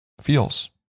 feels